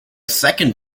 second